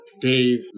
Dave